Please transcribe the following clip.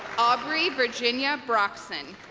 aubrey virginia broxson